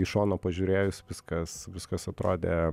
iš šono pažiūrėjus viskas viskas atrodė